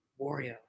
Wario